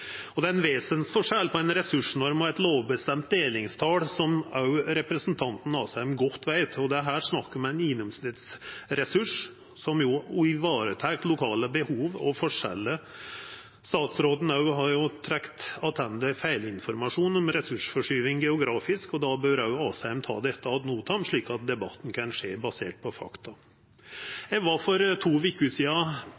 Det er ein vesensforskjell på ei ressursnorm og eit lovbestemt delingstal, som òg representanten Asheim godt veit, og det er her snakk om ein gjennomsnittsressurs som varetek lokale behov og forskjellar. Statsråden har jo trekt attende feilinformasjon om ressursforskyving geografisk, og då bør òg Asheim ta dette ad notam, slik at debatten kan skje basert på fakta.